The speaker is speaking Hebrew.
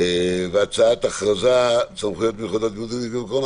והצעת הכרזת סמכויות מיוחדות להתמודדות עם נגיף הקורונה